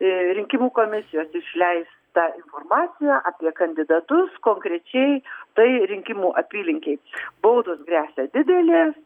rinkimų komisijos išleistą informaciją apie kandidatus konkrečiai tai rinkimų apylinkei baudos gresia didelės